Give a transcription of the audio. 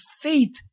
faith